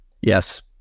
Yes